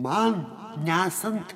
man nesant